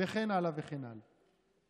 וכן הלאה וכן הלאה.